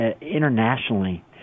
internationally